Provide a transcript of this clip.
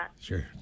Sure